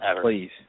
Please